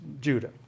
Judah